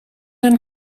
ein